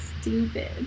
stupid